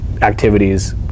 activities